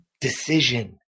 Decision